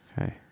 Okay